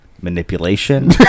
manipulation